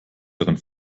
darin